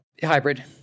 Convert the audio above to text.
hybrid